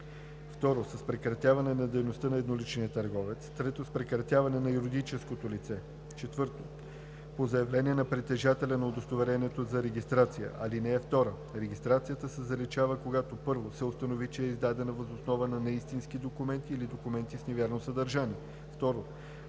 2. с прекратяването на дейността на едноличния търговец; 3. с прекратяването на юридическото лице; 4. по заявление на притежателя на удостоверението за регистрация. (2) Регистрацията се заличава, когато: 1. се установи, че е издадена въз основа на неистински документ или документ с невярно съдържание; 2.